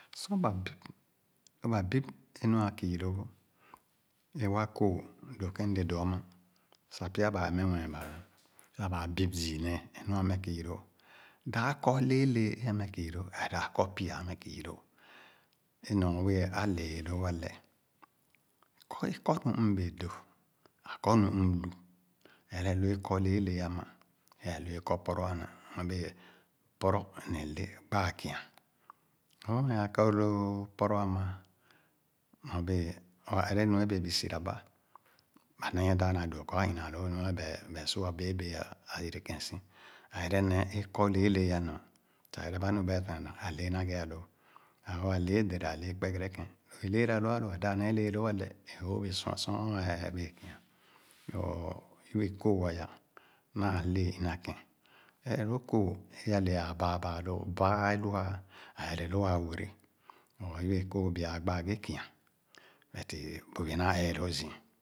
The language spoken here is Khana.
Sor ba bib, lõ ba bib ẽ nua kii lõõ é wa kooh, dõõ kẽn m'le dõõ' ama sah pya baa meh mue sah ba bib zii néé é nu a'meh kii lõõ, dãp kɔ lee lee é a'meh kü lõõ ã dãp kɔ py'a a'meh kii lõõ é nɔ be͂e͂ ã lee lõõ a'lɛ. Kɔ é kɔ nu mm'be͂e͂ dõõ, a'kɔ nu mm'lu; ɛre lõ é kɔ lee lee a'ma, ere lõõ é kɔ pɔrɔ amà, nyorbe͂e͂ pɔrɔ ne le gbaa kia Lo néé a'kɔ lóó pɔrɔ amà nyorbe͂e͂ lõ ã ere nu é be͂e͂ bui sira bã, ã nee dãp na dõõ kɔ ã ina'alõõ nu ẽ ba'e, ba su'abe͂e͂ be͂e͂ ã, e͂e͂'yere ke͂n si. Ã ere néé é kɔ lee lee a'neh sah ɛrɛba nu ba'e dánà, a'lee na ghe a'lõõ. Ba kɔ a'lee dɛrɛ a'lee kpɛgɛrɛkẽn. É leera lõ, ã dãp nee lee lóó àlɛ ẽ o'bee sua sor ẽ'ẽ béẽ kia. So, yibẽkooh aya naa lee m'meh kẽn. Ere lóó kooh é aye ãã băă băă lõõ, băă e'lo'a; ere lõõ ãã were. Mm yibe kooh bi'a gbaa ghe kia, but'i kpugi naa ee zii